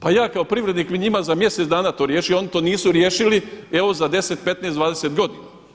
Pa ja kao privrednik bi njima za mjesec dana to riješio, oni to nisu riješili evo za 10, 15, 20 godina.